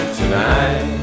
tonight